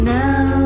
now